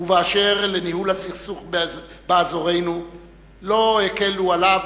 ובאשר לניהול הסכסוך באזורנו לא הקלו עליו